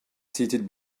seated